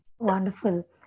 Wonderful